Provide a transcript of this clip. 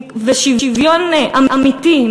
שוויון אמיתי,